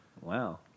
Wow